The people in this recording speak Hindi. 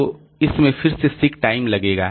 तो इसमें फिर से सीक टाइम लगेगा